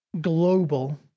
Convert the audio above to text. global